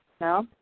no